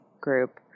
group